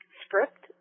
script